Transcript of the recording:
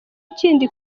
kindi